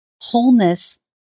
wholeness